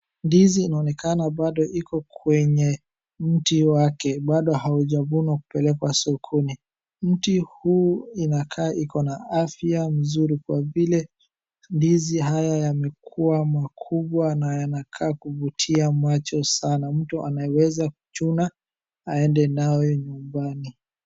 Ndizi inaonekana bado iko kwenye mti wake. Bado haujavunwa kupelekwa sokoini. Mti huu inakaa iko na afya mzuri kwa vile ndizi haya yamekuwa makubwa na yanakaa kuvutia macho sana. Mtu anaweza kuchuna aende nayo nyumbani.